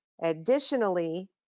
Additionally